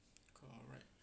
correct